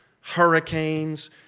hurricanes